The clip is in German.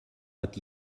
hat